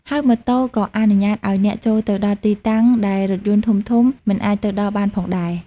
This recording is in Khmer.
ហើយម៉ូតូក៏អនុញ្ញាតឱ្យអ្នកចូលទៅដល់ទីតាំងដែលរថយន្តធំៗមិនអាចទៅដល់បានផងដែរ។